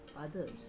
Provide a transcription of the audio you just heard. others